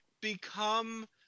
become